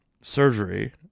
surgery